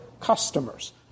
customers